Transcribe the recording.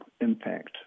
impact